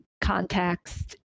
context